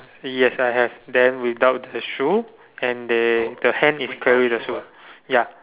yes I have then without the shoes and they the hand is carry the shoes ya